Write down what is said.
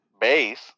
base